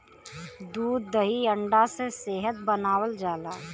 दूध दही अंडा से सेहत बनावल जाला